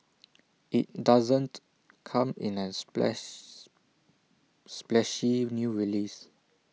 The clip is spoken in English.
IT doesn't come in A splash splashy new release